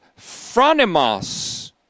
phronimos